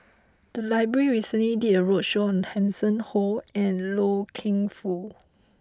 the library recently did a roadshow on Hanson Ho and Loy Keng Foo